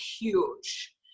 huge